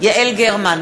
יעל גרמן,